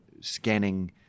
scanning